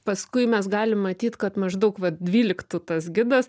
paskui mes galim matyt kad maždaug vat dvyliktų tas gidas